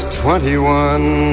twenty-one